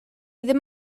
ddim